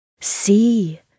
See